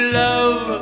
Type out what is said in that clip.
love